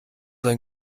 ein